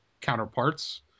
counterparts